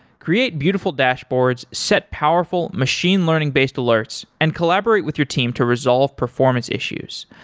create beautiful dashboards, set powerful machine learning based alerts and collaborate with your team to resolve performance issues.